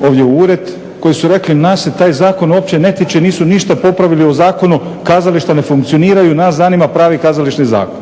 ovdje u ured, koji su rekli, nas se taj zakon uopće ne tiče, nisu ništa popravili u zakonu, kazališta ne funkcioniraju, nas zanima pravi Kazališni zakon.